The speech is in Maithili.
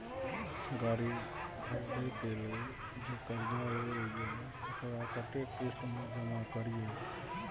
गाड़ी खरदे के लेल जे कर्जा लेलिए वकरा कतेक किस्त में जमा करिए?